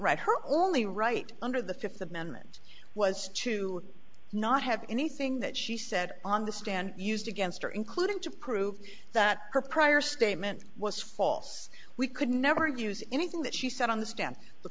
right her only right under the fifth amendment was to not have anything that she said on the stand used against her including to prove that her prior statement was false we could never use anything that she said on the stand the